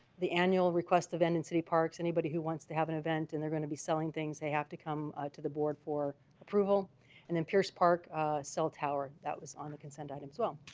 the annual requests of end in city parks anybody who wants to have an event and they're going to be selling things they have to come to the board for approval and then pierce park cell tower. that was on the consent items as well